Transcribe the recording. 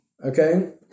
Okay